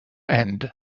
end